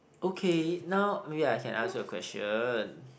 okay now maybe I can ask you a question